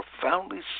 profoundly